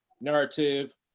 narrative